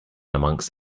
amongst